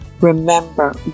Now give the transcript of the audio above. Remember